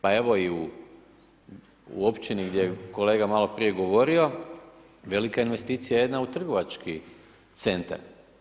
Pa evo i u općini gdje je kolega maloprije govorio, velika investicija jedna u trgovački centar.